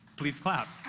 please clap.